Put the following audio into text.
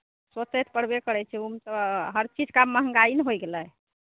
सोचै तऽ परबे करै छै ओहिमे तऽ हर चीज के आब महंगाई ने होइ गेलै